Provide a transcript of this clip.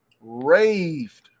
raved